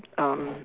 um